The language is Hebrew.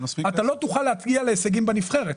אתה לא תוכל להגיע להישגים בנבחרת,